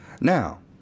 Now